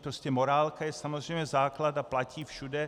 Prostě morálka je samozřejmě základ a platí všude.